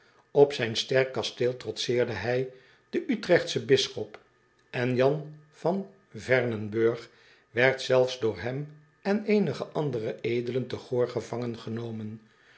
p zijn sterk kasteel trotseerde hij den trechtschen bisschop en an van ernenburg werd zelfs door hem en eenige andere edelen te oor gevangen genomen